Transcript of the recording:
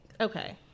Okay